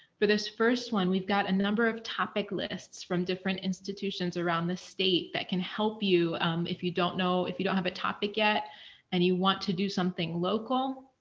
for this first one, we've got a number of topic lists from different institutions around the state that can help you if you don't know if you don't have a topic yet and you want to do something local.